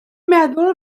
meddwl